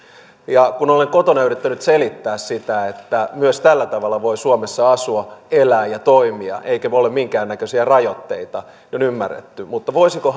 kun olen kotona yrittänyt selittää sitä että myös tällä tavalla voi suomessa asua elää ja toimia eikä voi olla minkäännäköisiä rajoitteita se on ymmärretty mutta voisiko